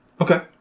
Okay